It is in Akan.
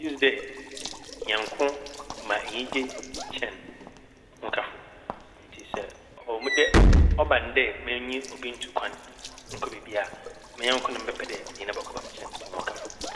Megye dzi dɛ nyɛnko ma enyigye kyɛn ho kafo. Ntsi sɛ ɔwɔ mu dɛ - ɔba no dɛ menye obi ntu kwan nkɔ beebi a, me nyɛnko na mɛbɛpɛ dɛ menye no bɔkɔ kyɛn moho kafo.